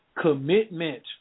Commitment